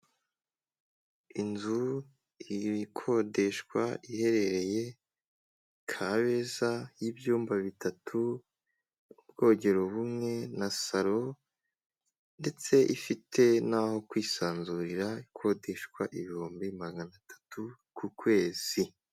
Inzu ikodeshwa iherereye Kabeza, y'ibyumba bitatu, ubwogero bumwe, na saro ndetse ifite n'aho kwisanzurira, ikodeshwa ibihumbi magana atatu ku kwezi.